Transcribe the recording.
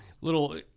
Little